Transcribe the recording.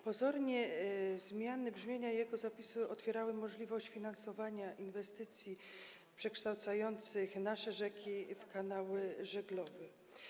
Pozornie zmiany brzmienia jego zapisów otwierały możliwość finansowania inwestycji przekształcających nasze rzeki w kanały żeglowne.